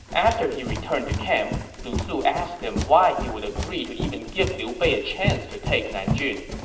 after he returned to camp, lu su asked him why he would agree to even give liu bei a chance to take nanjun